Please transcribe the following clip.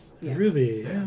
Ruby